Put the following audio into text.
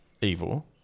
evil